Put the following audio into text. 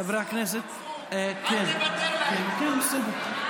חברי הכנסת, מנסור, מנסור, אל תוותר להם.